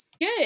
good